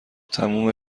تموم